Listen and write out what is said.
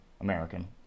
American